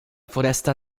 foresta